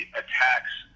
attacks